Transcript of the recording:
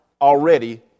already